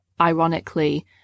ironically